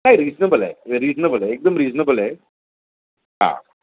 नाही रिजनेबल आहे रिजनेबल आहे एकदम रिजनेबल आहे हा